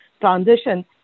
transition